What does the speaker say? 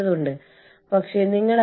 ഇത് ഒരു വിദേശ ഉടമസ്ഥതയിലുള്ള ഉപസ്ഥാപനമാണ്